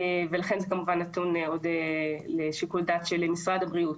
ולכן זה כמובן נתון עוד לשיקול דעת של משרד הבריאות,